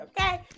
okay